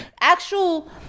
Actual